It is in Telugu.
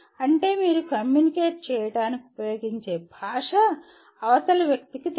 అంటే మీరు కమ్యూనికేట్ చేయడానికి ఉపయోగించే భాష అవతలి వ్యక్తికి తెలుసు